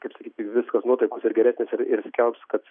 kaip sakyti viskas nuotaikos ir geresnės ir ir skelbs kad